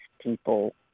people